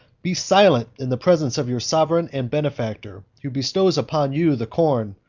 be silent in the presence of your sovereign and benefactor, who bestows upon you the corn,